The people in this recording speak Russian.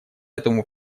этому